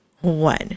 One